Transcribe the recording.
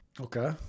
Okay